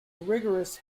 rigorous